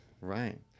Right